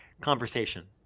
conversation